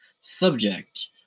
Subject